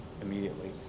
immediately